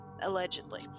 allegedly